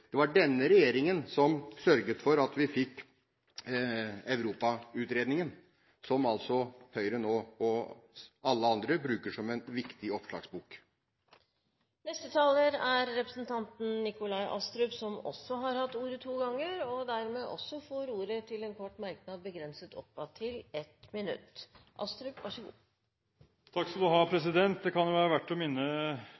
Det var denne regjeringen som sørget for at vi fikk Europautredningen, som altså Høyre og alle andre nå bruker som en viktig oppslagsbok. Representanten Nikolai Astrup har hatt ordet to ganger tidligere og får ordet til en kort merknad, begrenset til 1 minutt.